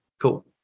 Cool